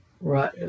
Right